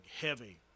heavy